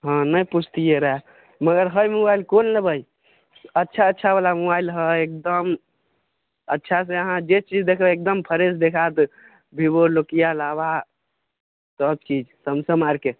हँ नहि पुछतियै रऽ मगर हइ मोबाइल कोन लेबै अच्छा अच्छा बाला मोबाइल हइ एकदम अच्छा से अहाँ जे चीज देखबै एकदम फ्रेश देखायत भीबो नोकिआ लाबा तब की सैमसंग आरके